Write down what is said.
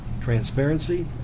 transparency